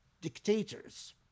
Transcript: dictators